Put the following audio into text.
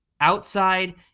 outside